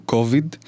Covid